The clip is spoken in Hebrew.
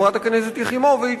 חברת הכנסת יחימוביץ,